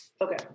Okay